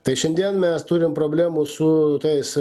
tai šiandien mes turim problemų su tais